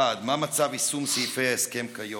1. מה מצב יישום סעיפי ההסכם כיום?